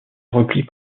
replient